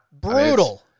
Brutal